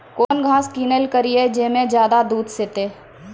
कौन घास किनैल करिए ज मे ज्यादा दूध सेते?